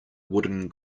wooden